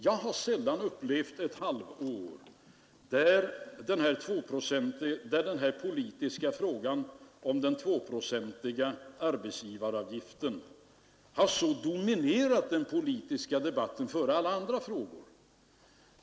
Jag har sällan upplevt ett halvår där frågan om den tvåprocentiga arbetsgivaravgiften har så dominerat den politiska debatten före alla andra frågor.